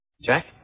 Jack